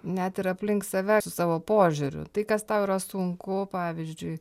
net ir aplink save su savo požiūriu tai kas tau yra sunku pavyzdžiui